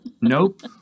nope